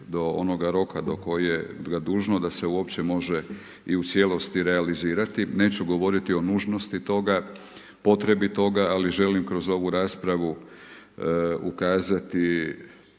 do onoga roka do kojega je dužno da se uopće može i u cijelosti realizirati. Neću govoriti o nužnosti toga potrebitoga, ali želim kroz ovu raspravu zakazati